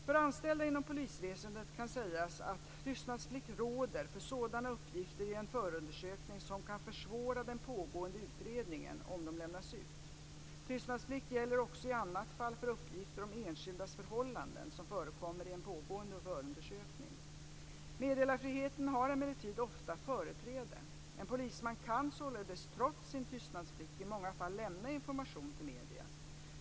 För anställda inom polisväsendet kan sägas att tystnadsplikt råder för sådana uppgifter i en förundersökning som kan försvåra den pågående utredningen om de lämnas ut. Tystnadsplikt gäller också i annat fall för uppgifter om enskildas förhållanden som förekommer i en pågående förundersökning. Meddelarfriheten har emellertid ofta företräde. En polisman kan således trots sin tystnadsplikt i många fall lämna information till medierna.